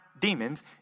demons